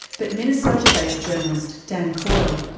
but minnesota-based journalist dan coyle,